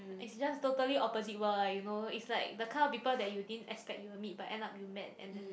it's just like totally opposite world lah you know it's like the kind of people you didn't expect you'll meet but end up you met and then